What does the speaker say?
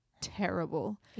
terrible